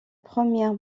première